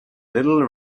little